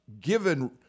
given